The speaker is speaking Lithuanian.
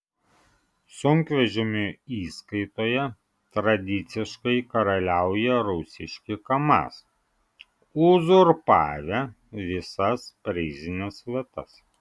sunkvežimių įskaitoje tradiciškai karaliauja rusiški kamaz uzurpavę visas prizines vietas